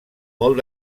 molt